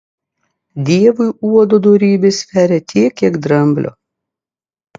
dievui uodo dorybė sveria tiek kiek dramblio